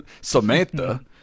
Samantha